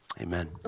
Amen